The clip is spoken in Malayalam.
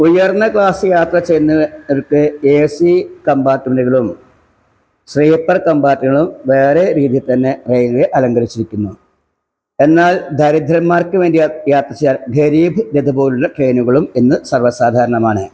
ഉയർന്ന ക്ലാസ്സിൽ യാത്ര ചെയ്യുന്നവർക്ക് ഏ സീ കമ്പാർട്ടുമെൻ്റുകളും സ്ലീപ്പർ കമ്പാർട്ടുകളും വേറേ രീതിയിൽ തന്നെ റയിൽ വേ അലങ്കരിച്ചിരിക്കുന്നു എന്നാൽ ദരിദ്രന്മാർക്കു വേണ്ടി യാത്ര ചെയ്യാൻ ഗരീബ് രഥ് പോലെയുള്ള ട്രെയിനുകളും ഇന്നു സർവ്വ സാധാരണമാണ്